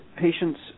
patients